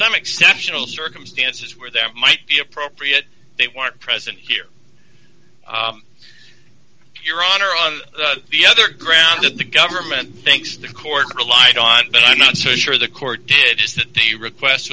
some exceptional circumstances where that might be appropriate they weren't present here your honor on the other grounds the government thinks the court relied on but i'm not so sure the court did is that the request